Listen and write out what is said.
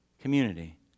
community